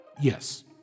Yes